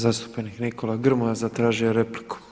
Zastupnik Nikola Grmoja zatražio je repliku.